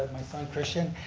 son, christian,